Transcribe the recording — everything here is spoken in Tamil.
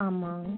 ஆமாம்